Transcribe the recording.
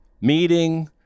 meeting